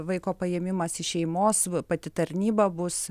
vaiko paėmimas iš šeimos pati tarnyba bus